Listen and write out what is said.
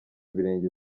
ibirenge